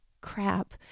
crap